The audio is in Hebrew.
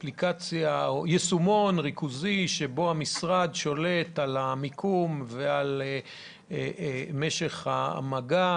יישומון ריכוזי שבו המשרד שולט על המיקום ועל משך המגע,